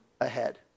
ahead